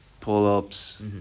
pull-ups